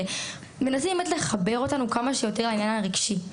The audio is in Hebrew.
מנסים באמת לחבר אותנו כמה שיותר לעניין הרגשי.